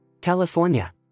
California